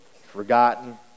forgotten